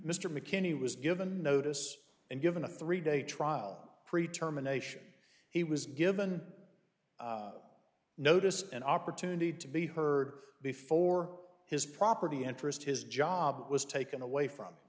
mr mckinney was given notice and given a three day trial pre term anation he was given notice an opportunity to be heard before his property interest his job was taken away from